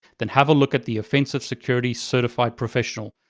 then have a look at the offensive security certified professional,